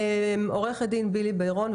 עו"ד בילי בירון,